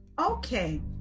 Okay